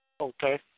Okay